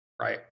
right